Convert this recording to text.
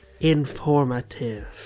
Informative